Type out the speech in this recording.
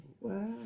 Wow